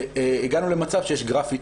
הגענו למצב שיש גרפיטי.